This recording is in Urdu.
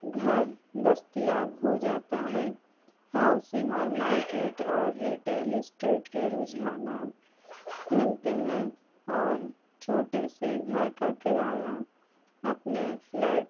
گھر دستیاب ہو جاتا ہے ہاؤسنگ اور مارکیٹ اور ریٹیل اسٹیٹ کے رجحانات ملتے ہیں اور چھوٹے سے گھر کا کرایہ اپنے فلیٹ